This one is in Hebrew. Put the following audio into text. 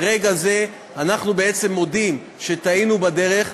ברגע זה אנחנו בעצם מודים שטעינו בדרך,